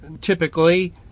typically